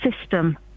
system